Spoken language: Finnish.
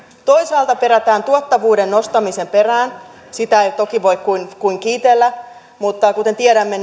toisaalta perätään tuottavuuden nostamisen perään sitä ei toki voi kuin kiitellä mutta kuten tiedämme